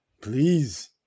Please